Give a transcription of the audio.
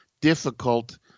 difficult